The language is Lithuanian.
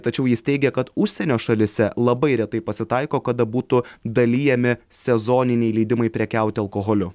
tačiau jis teigia kad užsienio šalyse labai retai pasitaiko kada būtų dalijami sezoniniai leidimai prekiauti alkoholiu